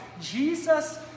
Jesus